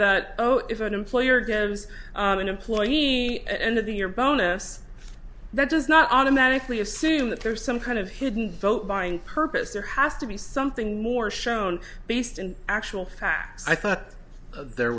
that oh if an employer gives an employee at end of the year bonus that does not automatically assume that there is some kind of hidden vote buying purpose there has to be something more shown based in actual fact i thought there